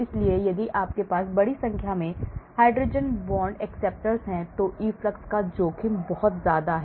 इसलिए यदि आपके पास बड़ी संख्या में हाइड्रोजन बॉन्ड स्वीकारकर्ता हैं तो इफ्लक्स का जोखिम बहुत अधिक है